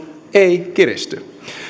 ei kiristy